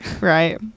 right